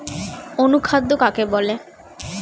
অনুখাদ্য কাকে বলে?